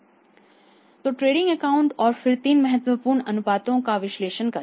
तो trading account और फिर तीन महत्वपूर्ण अनुपातों का विश्लेषण करें